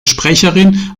sprecherin